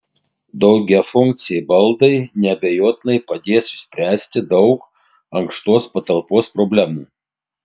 daugiafunkciai baldai neabejotinai padės išspręsti daug ankštos patalpos problemų